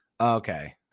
Okay